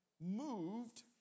moved